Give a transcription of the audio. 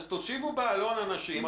אז תושיבו באלון אנשים,